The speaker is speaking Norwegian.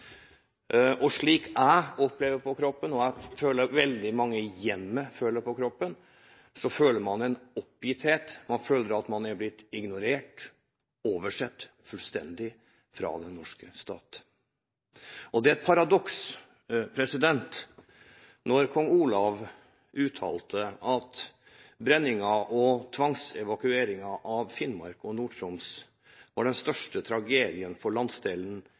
jeg opplever på kroppen, og det jeg opplever at veldig mange hjemme føler på kroppen, er en oppgitthet, og at man har blitt ignorert og fullstendig oversett av den norske stat. Det er et paradoks at selv om kong Olav uttalte at brenningen og tvangsevakueringen av Finnmark og Nord-Troms var den største tragedien for landsdelen